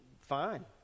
fine